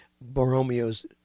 Borromeo's